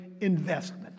investment